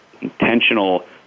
intentional